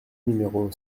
numéro